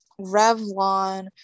revlon